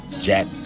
Jack